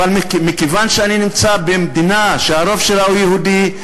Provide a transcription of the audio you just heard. ומכיוון שאני נמצא במדינה שהרוב שלה הוא יהודי,